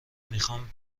میخام